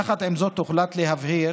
יחד עם זאת, הוחלט להבהיר